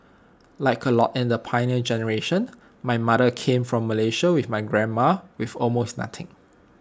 like A lot in the Pioneer Generation my mother came from Malaysia with my grandma with almost nothing